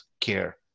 care